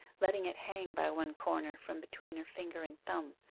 letting it hang by one corner from between her finger and thumb,